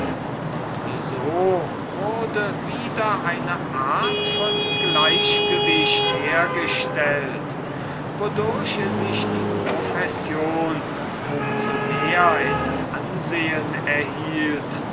und so wurde wieder eine art von gleichgewicht hergestellt wodurch sich die profession um so mehr in ansehen erhielt